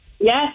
Yes